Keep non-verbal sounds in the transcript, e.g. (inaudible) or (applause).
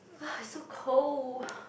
(breath) it's so cold (breath)